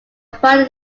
upon